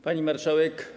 Pani Marszałek!